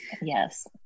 Yes